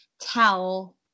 tell